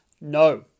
no